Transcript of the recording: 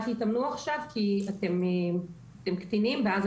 אל תתאמנו עכשיו כי אתם קטינים ואז